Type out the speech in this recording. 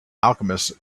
alchemist